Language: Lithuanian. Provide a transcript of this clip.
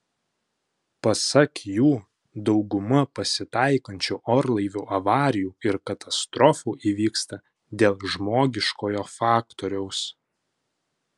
pasak jų dauguma pasitaikančių orlaivių avarijų ir katastrofų įvyksta dėl žmogiškojo faktoriaus